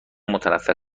متنفر